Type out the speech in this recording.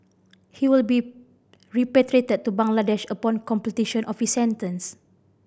he will be repatriated to Bangladesh upon completion of his sentence